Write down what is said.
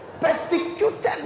persecuted